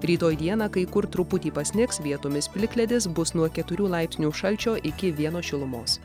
rytoj dieną kai kur truputį pasnigs vietomis plikledis bus nuo keturių laipsnių šalčio iki vieno šilumos